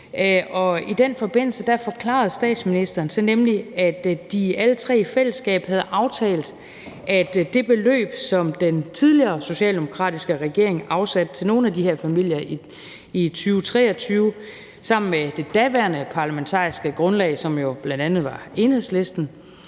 i den forbindelse forklarede statsministeren så nemlig, at de alle tre i fællesskab havde aftalt, at det beløb, som den tidligere socialdemokratiske regering afsatte til nogle af de her familier i 2023 sammen med det daværende parlamentariske grundlag, som jo bl.a. var Enhedslisten,